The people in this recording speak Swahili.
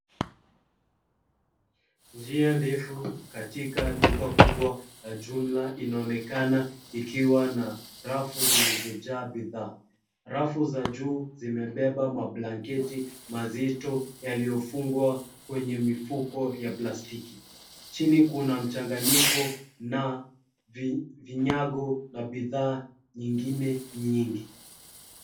Njia ndefu katika duka kubwa la jumla inaonekana ikiwa na rafu zilizojaa bidhaa. Rafu za juu zimebeba mablanketi mazito yaliyofungwa kwenye mifuko ya plastiki. Chini kuna mchanganyiko na vinyago na bidhaa nyingine nyingi.